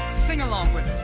sing along with